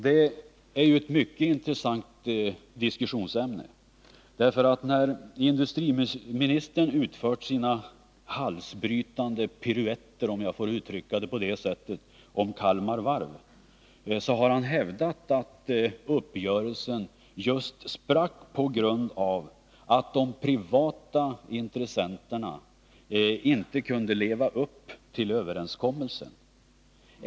Det är ett mycket intressant diskussionsämne, för när industriministern utfört sina halsbrytande piruetter, om jag får uttrycka det på det sättet, om Kalmar Varv har han hävdat att uppgörelsen sprack just på grund av att de privata intressenterna inte kunde leva upp till överenskommelsen.